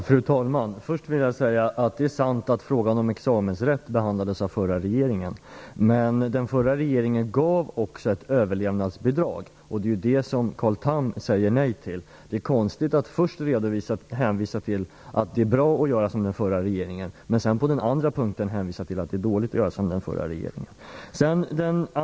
Fru talman! Först vill jag säga att det är sant att frågan om examensrätt behandlades av den förra regeringen. Men den förra regeringen gav också ett överlevnadsbidrag. Det är ju detta som Carl Tham säger nej till. Det är konstigt att först hänvisa till att det är bra att göra som den förra regeringen och att sedan, på den andra punkten, hänvisa till att det är dåligt att göra som den förra regeringen.